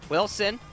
Wilson